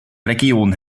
region